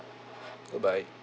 good bye